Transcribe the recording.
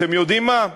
אתם יודעים מה?